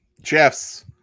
Jeffs